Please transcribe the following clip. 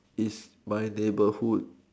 is my neighborhood